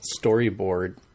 storyboard